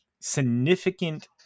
significant